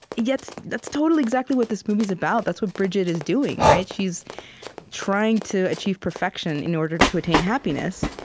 yet, that's totally, exactly what this movie is about, that's what bridget is doing, right? she's trying to achieve perfection in order to attain happiness.